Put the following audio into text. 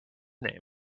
name